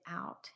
out